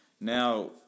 Now